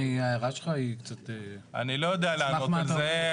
אני לא יודע לענות על זה.